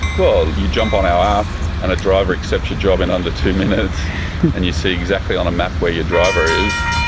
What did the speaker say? well, you jump on our app and a driver accepts your job in under two minutes and you see exactly on a map where your driver is,